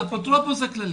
האפוטרופוס הכללי,